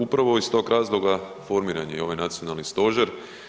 Upravo iz tog razloga formiran je i ovaj nacionalni stožer.